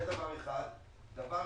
דבר שני,